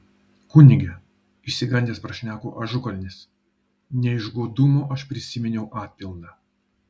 kunige išsigandęs prašneko ažukalnis ne iš godumo aš prisiminiau atpildą